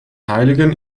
heiligen